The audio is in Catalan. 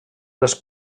les